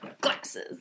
glasses